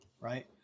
right